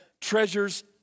treasures